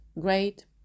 great